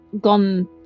gone